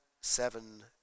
seven